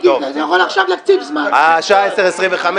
אני אומר לך,